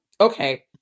Okay